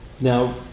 Now